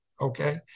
okay